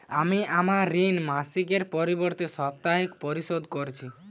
আমি আমার ঋণ মাসিকের পরিবর্তে সাপ্তাহিক পরিশোধ করছি